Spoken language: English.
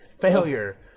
Failure